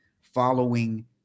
following